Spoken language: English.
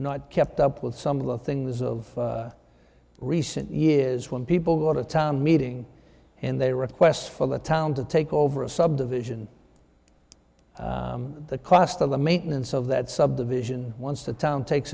not kept up with some of the things of recent years when people go to town meeting and they request for the town to take over a subdivision the cost of the maintenance of that subdivision once the town takes